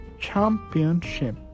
championship